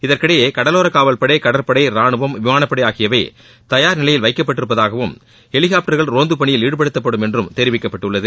இதற்கிடையே கடலோர காவல்படை கடற்படை ரானுவம் விமானப்படை ஆகியவை நிலையில் வைக்கப்பட்டிருப்பதாகவும் ஹெலிகாப்டர்கள் தயார் பணியில் ஈடுபடுத்தப்படும் என்றும் தெரிவிக்கப்பட்டுள்ளது